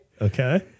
Okay